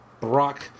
Brock